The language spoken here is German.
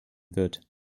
wird